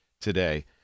today